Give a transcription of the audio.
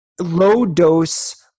low-dose